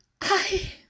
I-